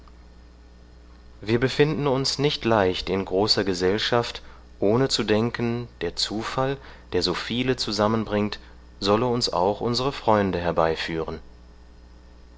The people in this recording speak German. wir befinden uns nicht leicht in großer gesellschaft ohne zu denken der zufall der so viele zusammenbringt solle uns auch unsre freunde herbeiführen